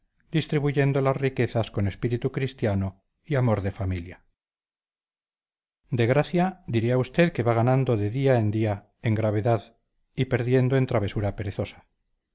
distribuyendo las riquezas con espíritu cristiano y amor de familia de gracia diré a usted que va ganando de día en día en gravedad y perdiendo en travesura perezosa